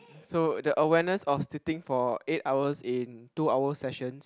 so the awareness of sitting for eight hours in two hours sessions